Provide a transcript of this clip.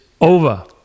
over